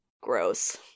Gross